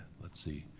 let's see.